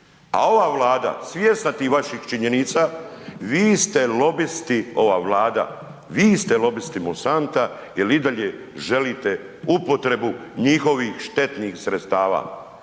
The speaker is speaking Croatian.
a ova Vlada svjesna tih vaših činjenica, vi ste lobisti, ova Vlada, vi ste lobisti Monsanta jer i dalje želite upotrebu njihovih štetnih sredstava.